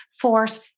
force